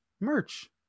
merch